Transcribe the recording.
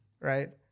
Right